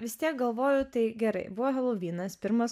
vis tiek galvoju tai gerai buvo helovynas pirmas